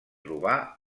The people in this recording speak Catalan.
trobar